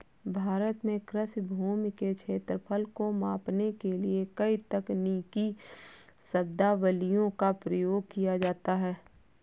भारत में कृषि भूमि के क्षेत्रफल को मापने के लिए कई तकनीकी शब्दावलियों का प्रयोग किया जाता है